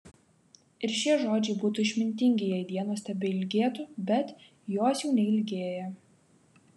ir šie žodžiai būtų išmintingi jei dienos tebeilgėtų bet jos jau neilgėja